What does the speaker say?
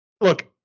Look